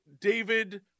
david